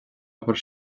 obair